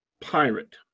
pirate